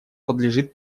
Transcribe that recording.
подлежит